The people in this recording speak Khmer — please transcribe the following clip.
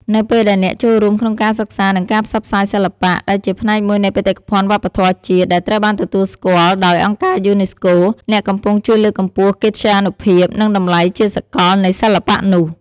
នៅពេលដែលអ្នកចូលរួមក្នុងការសិក្សានិងការផ្សព្វផ្សាយសិល្បៈ ដែលជាផ្នែកមួយនៃបេតិកភណ្ឌវប្បធម៌ជាតិដែលត្រូវបានទទួលស្គាល់ដោយអង្គការយូនេស្កូ អ្នកកំពុងជួយលើកកម្ពស់កិត្យានុភាព និងតម្លៃជាសកលនៃសិល្បៈនោះ។